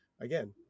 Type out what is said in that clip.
again